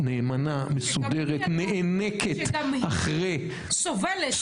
נאמנה, מסודרת, נאנקת אחרי --- סובלת.